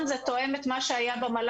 אתה יודע את הנתון אחד לאחד?